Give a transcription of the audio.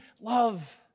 love